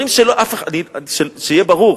שיהיה ברור,